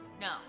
no